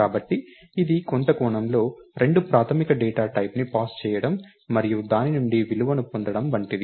కాబట్టి ఇది కొంత కోణంలో రెండు ప్రాథమిక డేటా టైప్ని పాస్ చేయడం మరియు దాని నుండి విలువను పొందడం వంటిది